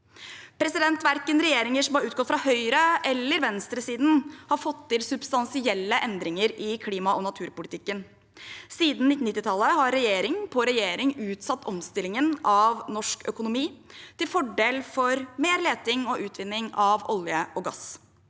i Norge. Verken regjeringer som har utgått fra høyre- eller venstresiden, har fått til substansielle endringer i klimaog naturpolitikken. Siden 1990-tallet har regjering på regjering utsatt omstillingen av norsk økonomi til fordel for mer leting og utvinning av olje og gass.